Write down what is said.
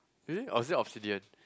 is it or is it obsidian